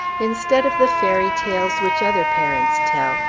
instead of the fairy tales which other parents tell,